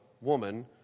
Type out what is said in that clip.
woman